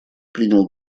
принял